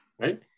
right